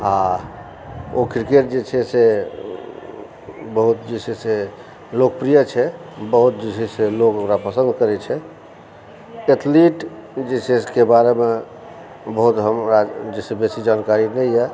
आ ओ क्रिकेट जे छै से बहुत जे छै से लोकप्रिय छै बहुत जे छै से लोग ओकरा पसन्द करै छै एथिलिट जे छै से ओहिके बारेमे बहुत हमरा जे छै बेसी जानकारी नहि यऽ